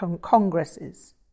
congresses